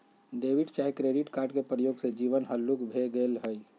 debit चाहे credit card के प्रयोग से जीवन हल्लुक भें गेल हइ